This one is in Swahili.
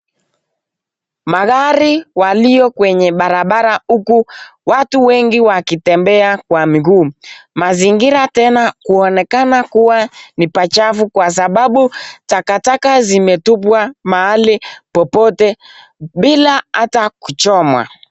Magari walio kwenye barabara huku watu wengi wakitembea kwa miguu. Mazingira tena kuonekana kuwa ni pachafu kwa sababu takataka zimetupwa mahali popote bila hata kuchomwa.